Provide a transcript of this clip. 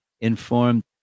informed